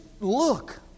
look